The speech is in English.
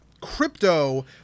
crypto